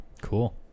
cool